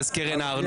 לא, מאז קרן הארנונה.